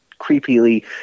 creepily